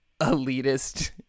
elitist